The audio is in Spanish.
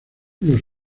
los